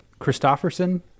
Christofferson